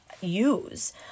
use